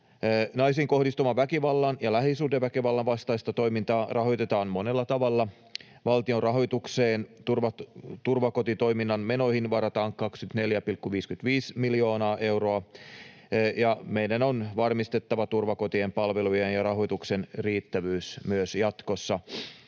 Naisiin kohdistuvan väkivallan ja lähisuhdeväkivallan vastaista toimintaa rahoitetaan monella tavalla. Valtion rahoitukseen turvakotitoiminnan menoihin varataan 24,55 miljoonaa euroa, ja meidän on varmistettava turvakotien palvelujen ja rahoituksen riittävyys myös jatkossa.